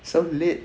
so lit